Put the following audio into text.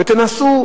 תנסו,